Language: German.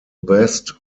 best